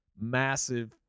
massive